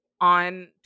on